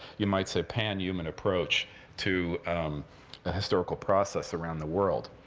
you might say, pan-human approach to a historical process around the world.